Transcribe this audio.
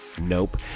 Nope